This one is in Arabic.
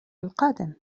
القادم